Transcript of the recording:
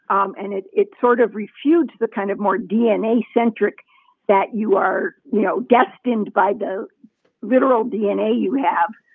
um and it it sort of refutes the kind of more dna centric that you are, you know, destined by the literal dna you have,